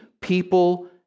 people